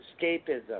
escapism